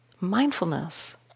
Mindfulness